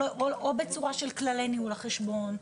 או בצורה של כללי ניהול החשבון,